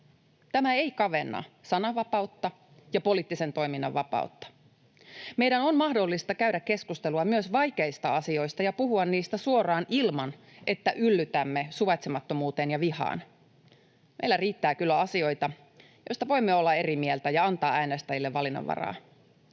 Tämä ei kavenna sananvapautta ja poliittisen toiminnan vapautta. Meidän on mahdollista käydä keskustelua myös vaikeista asioista ja puhua niistä suoraan ilman, että yllytämme suvaitsemattomuuteen ja vihaan. Meillä riittää kyllä asioita, joista voimme olla eri mieltä ja antaa äänestäjille valinnanvaraa.